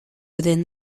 within